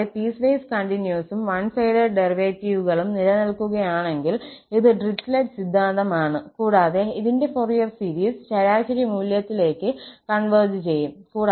കൂടാതെ പീസ്വേസ് കണ്ടിന്യൂസും വൺ സൈഡഡ് ഡെറിവേറ്റീവുകളും നിലനിൽക്കുകയാണെങ്കിൽ ഇത് ഡ്രിച്ലെറ്റ് സിദ്ധാന്തം ആണ് കൂടാതെ ഇതിന്റെ ഫോറിയർ സീരീസ് ശരാശരി മൂല്യത്തിലേക്ക് കോൺവെർജ് ചെയ്യും